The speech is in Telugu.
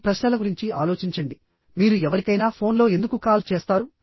ఈ ప్రశ్నల గురించి ఆలోచించండి మీరు ఎవరికైనా ఫోన్లో ఎందుకు కాల్ చేస్తారు